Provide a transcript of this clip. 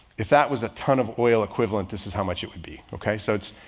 if that was a ton of oil equivalent, this is how much it would be. okay? so it's,